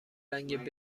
رنگ